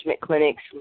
clinics